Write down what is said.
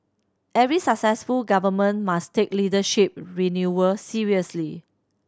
every successive Government must take leadership renewal seriously